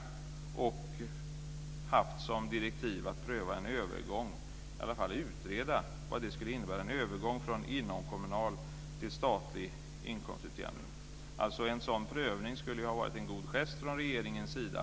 Man skulle ha haft som direktiv att utreda vad en övergång från inomkommunal till statlig inkomstutjämning skulle innebära. En sådan prövning skulle ha varit en god gest från regeringens sida.